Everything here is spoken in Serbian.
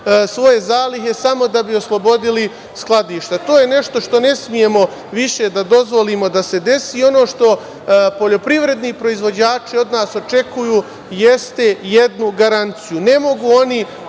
svoje zalihe samo da bi oslobodili skladišta. To je nešto što ne smemo više da dozvolimo da se desi i ono što poljoprivredni proizvođači od nas očekuju jeste jednu garanciju. Ne mogu oni